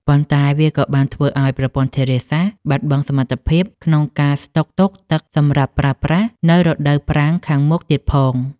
ប៉ុន្តែវាក៏បានធ្វើឱ្យប្រព័ន្ធធារាសាស្ត្របាត់បង់សមត្ថភាពក្នុងការស្តុកទុកទឹកសម្រាប់ប្រើប្រាស់នៅរដូវប្រាំងខាងមុខទៀតផង។